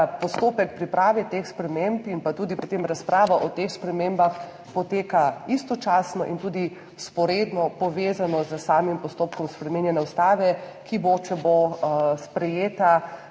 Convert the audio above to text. postopek priprave teh sprememb in tudi potem razprava o teh spremembah potekata istočasno in tudi vzporedno, povezano s samim postopkom spreminjanja ustave, ki bo, če bo sprejeta,